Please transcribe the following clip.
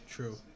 True